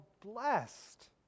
blessed